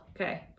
Okay